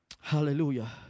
Hallelujah